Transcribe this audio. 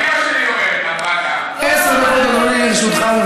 גם אימא שלי אומרת, עשר דקות, אדוני, לרשותך.